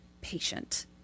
patient